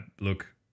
look